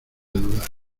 dudas